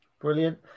brilliant